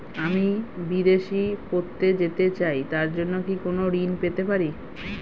আমি বিদেশে পড়তে যেতে চাই তার জন্য কি কোন ঋণ পেতে পারি?